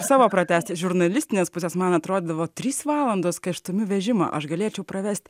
savo pratęsti žiurnalistinės pusės man atrodydavo trys valandos kai aš stumiu vežimą aš galėčiau pravest